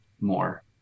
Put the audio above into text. more